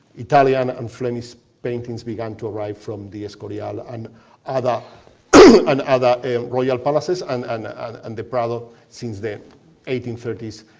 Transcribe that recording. italian and flemish paintings began to arrive from the escorial and other and other royal palaces, and and and the prado, since the eighteen thirty s,